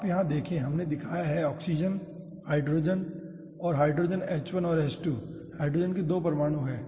आप यहाँ देखें हमने दिखाया है कि ऑक्सीजन हाइड्रोजन और हाइड्रोजन h1 और h2 हाइड्रोजन के 2 परमाणु हैं